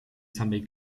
samej